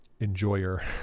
enjoyer